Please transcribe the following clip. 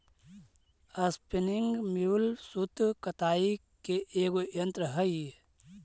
spinning mule सूत कताई के एगो यन्त्र हई